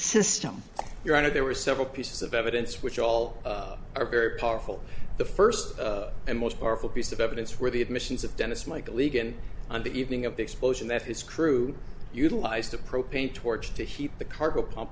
system you're out of there were several pieces of evidence which all are very powerful the first and most powerful piece of evidence for the admissions of dennis michael egan on the evening of the explosion that his crew utilized a propane torch to heat the cargo pump